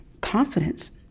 confidence